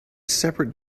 separate